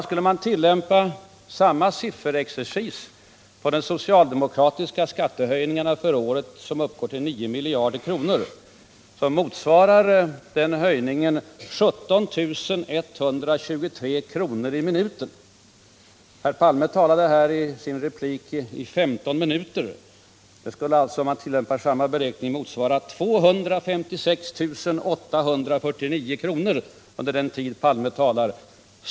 Skulle man tillämpa samma sifferexercis på de socialdemokratiska skattehöjningarna för året, som uppgår till 9 miljarder kronor, skulle de motsvara 17 123 kr. i minuten. Herr Palme talade i sin replik i 15 minuter. Det skulle alltså, om man tillämpar samma beräkning, bli 256 845 kr. under den tid herr Palme talade.